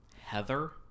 Heather